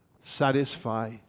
Satisfy